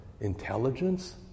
intelligence